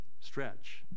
stretch